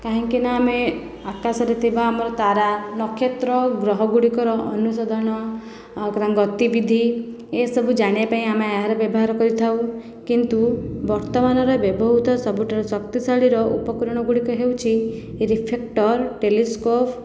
କାହିଁକି ନା ଆମେ ଆକାଶରେ ଥିବା ଆମର ତାରା ନକ୍ଷେତ୍ର ଓ ଗ୍ରହ ଗୁଡ଼ିକର ଅନୁସନ୍ଧାନ ତାଙ୍କ ଗତିବିଧି ଏସବୁ ଜାଣିବା ପାଇଁ ଆମେ ଏହାର ବ୍ୟବହାର କରିଥାଉ କିନ୍ତୁ ବର୍ତ୍ତମାନର ବ୍ୟବହୃତ ସବୁଠାରୁ ଶକ୍ତିଶାଳୀର ଉପକରଣ ଗୁଡ଼ିକ ହେଉଛି ରିଫେକ୍ଟର ଟେଲିସ୍କୋପ